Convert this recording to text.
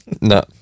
No